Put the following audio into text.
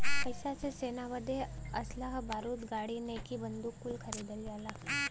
पइसा से सेना बदे असलहा बारूद गाड़ी नईकी बंदूक कुल खरीदल जाला